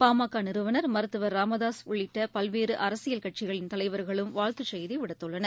பாமகநிறுவனர் மருத்துவர் ச ராமதாகஉள்ளிட்டபல்வேறுஅரசியல் கட்சிகளின் தலைவர்களும் வாழ்த்துச்செய்திவிடுத்துள்ளனர்